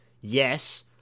yes